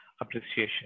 appreciation